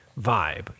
vibe